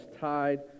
tied